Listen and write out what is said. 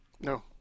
No